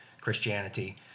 Christianity